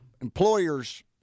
employers